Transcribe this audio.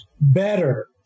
better